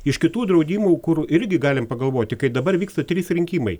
iš kitų draudimų kur irgi galim pagalvoti kai dabar vyksta trys rinkimai